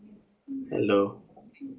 hello